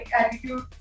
attitude